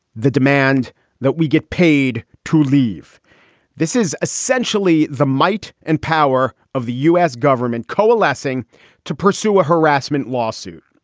the demand that we get paid to leave this is essentially the might and power of the u s. government coalescing to pursue a harassment lawsuit.